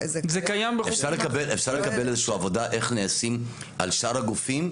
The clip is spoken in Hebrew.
אפשר לקבל איזושהי עבודה איך נעשים על שאר הגופים,